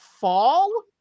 fall